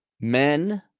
Men